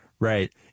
Right